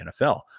NFL